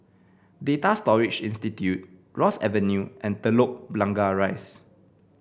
Data Storage Institute Ross Avenue and Telok Blangah Rise